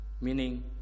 Meaning